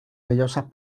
vellosas